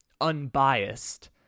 unbiased